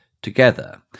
together